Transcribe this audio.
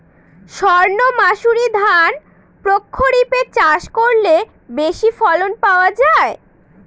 সর্ণমাসুরি ধান প্রক্ষরিপে চাষ করলে বেশি ফলন পাওয়া যায়?